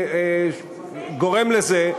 מה שגורם לזה,